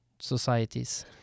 societies